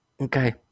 Okay